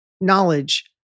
knowledge